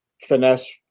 finesse